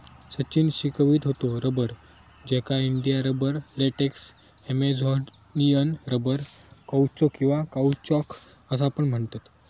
सचिन शिकवीत होतो रबर, ज्याका India rubber, latex, Amazonian rubber, caucho किंवा काउचॉक असा पण म्हणतत